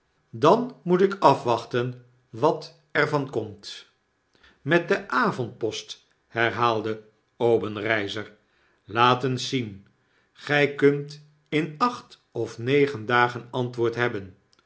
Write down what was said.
dan moet ik afwachten wat er van komt met de avondpost herhaalde obenreizer laat eens zien gy kunt in acht of negen dagen antwoord hebben